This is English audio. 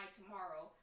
tomorrow